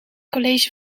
college